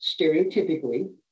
stereotypically